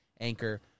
Anchor